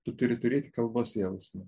tu turi turėti kalbos jausmą